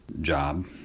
job